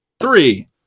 three